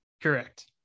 correct